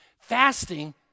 fasting